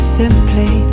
simply